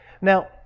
Now